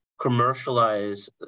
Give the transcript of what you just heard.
commercialize